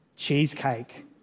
cheesecake